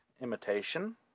imitation